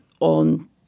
on